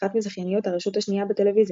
אחת מזכייניות הרשות השנייה בטלוויזיה.